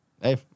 Hey